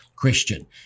Christian